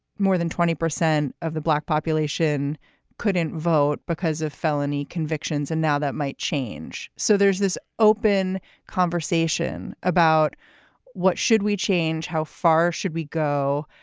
more than twenty percent of the black population couldn't vote because of felony convictions. and now that might change. so there's this open conversation about what should we change, how far should we go?